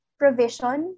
provision